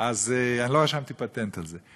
לא רשמתי פטנט על זה.